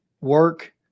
work